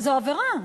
זו עבירה.